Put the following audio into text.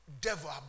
devil